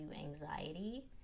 anxiety